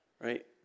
Right